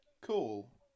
Cool